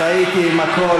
טעיתי בקול.